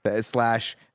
Slash